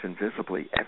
invisibly